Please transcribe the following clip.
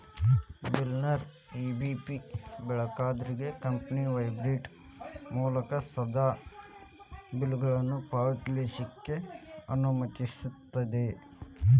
ಬಿಲ್ಲರ್ನೇರ EBP ಬಳಕೆದಾರ್ರಿಗೆ company website ಮೂಲಕಾ ಸೇದಾ ಬಿಲ್ಗಳನ್ನ ಪಾವತಿಸ್ಲಿಕ್ಕೆ ಅನುಮತಿಸ್ತದ